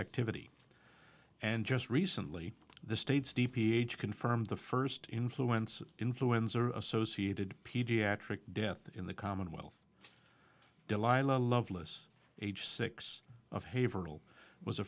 activity and just recently the state's d p h confirmed the first influence influenza associated pediatric deaths in the commonwealth delilah loveless age six of